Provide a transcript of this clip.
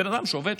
בן אדם שעובד,